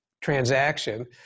transaction